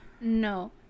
No